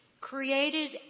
created